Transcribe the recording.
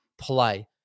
play